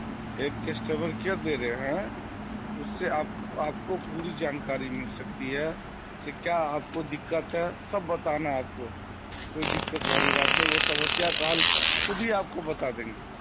ایک customer care دے رہے ہیں اس سے آپ آپ کو پوری جانکاری مل سکتی ہے کہ کیا آپ کو دِقّت ہے سب بتانا ہے آپ کو کوئی دِقّت والی بات نہیں ہے وہ سمسیا کا حل خود ہی آپ کو بتا دیں گے